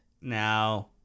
Now